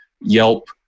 Yelp